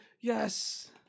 yes